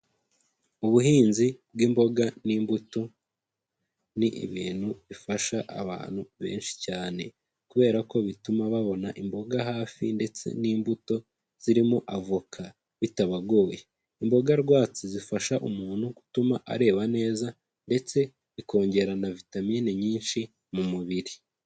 Ubuhinzi bw'imboga n'imbuto ni ibintu bifasha abantu benshi cyane, kubera ko bituma babona imboga hafi ndetse n'imbuto zirimo avoka bitabagoye, imboga rwatsi zifasha umuntu gutuma areba neza ndetse zikongera na vitamine nyinshi mu mubiri.